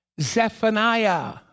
Zephaniah